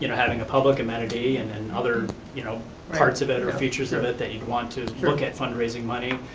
you know having a public amenity and then and other you know parts of it or features of it that you want to look at fundraising money.